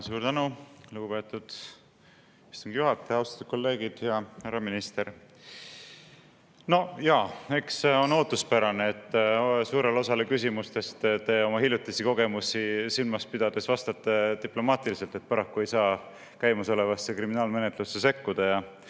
Suur tänu, lugupeetud istungi juhataja! Austatud kolleegid ja härra minister! Jaa, eks see on ootuspärane, et suurele osale küsimustest te oma hiljutisi kogemusi silmas pidades vastate diplomaatiliselt, et te paraku ei saa käimasolevasse kriminaalmenetlusse sekkuda